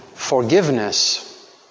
Forgiveness